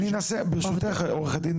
אני אנסה, ברשותך, עורכת הדין